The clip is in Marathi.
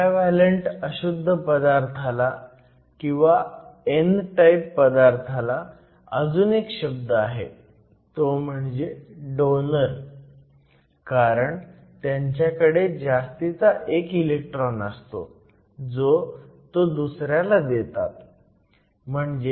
पेंटाव्हॅलंट अशुद्ध पदार्थाला किंवा n टाईप पदार्थाला अजून एक शब्द आहे तो म्हणजे डोनर कारण त्यांच्याकडे जास्तीचा एक इलेक्ट्रॉन असतो जो तो दुसऱ्याला देतात